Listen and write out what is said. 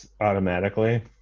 automatically